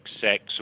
sex